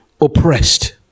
oppressed